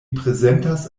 prezentas